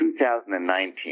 2019